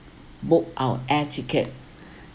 book our air ticket